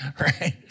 right